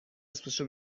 اسمشو